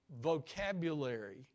vocabulary